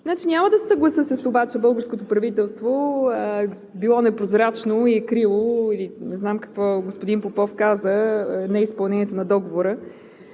Няма да се съглася с това, че българското правителство е било непрозрачно и е криело или не знам, какво каза господин Попов – неизпълнението на Договора.